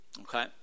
Okay